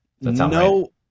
No